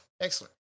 excellent